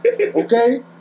Okay